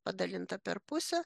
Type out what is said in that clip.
padalinta per pusę